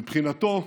מבחינתו,